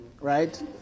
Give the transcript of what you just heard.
right